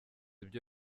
ibyo